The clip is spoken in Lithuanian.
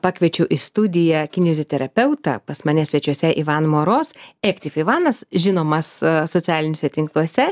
pakviečiau į studiją kinioziterapeutą pas mane svečiuose ivan moroz ektiv ivanas žinomas socialiniuose tinkluose